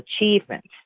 achievements